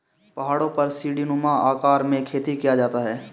पहाड़ों पर सीढ़ीनुमा आकार में खेती किया जाता है